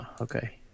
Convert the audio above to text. Okay